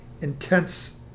intense